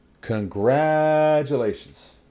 Congratulations